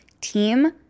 team